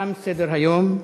תם סדר-היום.